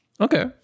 Okay